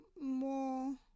more